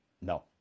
No